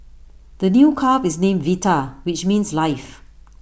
the new calf is named Vita which means life